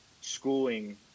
Schooling